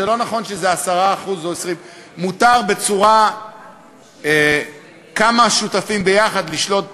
זה לא נכון שזה 10% או 20%. מותר לכמה שותפים ביחד לשלוט ב-50%.